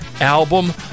album